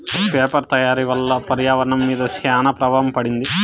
paper తయారీ వల్ల పర్యావరణం మీద శ్యాన ప్రభావం పడింది